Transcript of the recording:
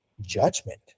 judgment